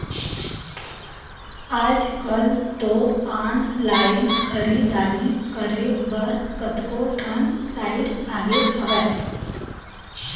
आजकल तो ऑनलाइन खरीदारी करे बर कतको ठन साइट आगे हवय